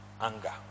Anger